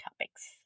topics